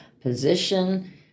position